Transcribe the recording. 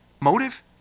motive